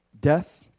death